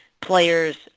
players